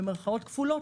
במירכאות כפולות,